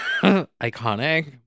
iconic